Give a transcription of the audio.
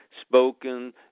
spoken